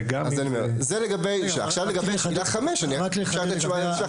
אני אגיד לך למה הורדנו את זה.